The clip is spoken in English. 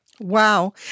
Wow